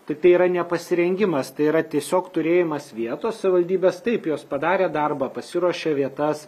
tai tai yra nepasirengimas tai yra tiesiog turėjimas vietos savivaldybės taip jos padarė darbą pasiruošė vietas